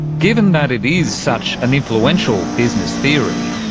given that it is such an influential business theory,